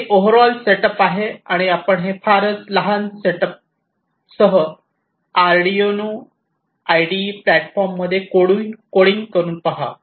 तर ही overall setup आहे आणि आपण हे फारच लहान सेटअपसह आर्डिनो आयडीई प्लॅटफॉर्ममध्ये कोडिंग करून पहा